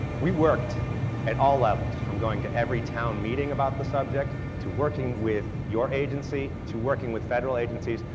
we worked at all levels from going to every town meeting about the subject, to working with your agency, to working with federal agencies,